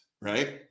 right